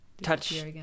touch